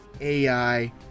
ai